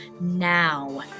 Now